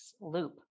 loop